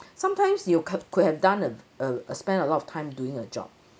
sometimes you co~ could have done a a spend a lot of time doing a job